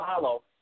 follow